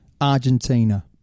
Argentina